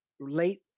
late